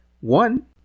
One